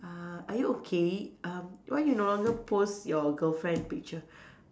uh are you okay um why you no longer post your girlfriend picture